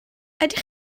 ydych